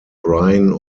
brian